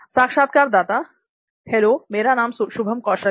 साक्षात्कारदाता हेलो मेरा नाम शुभम कौशल है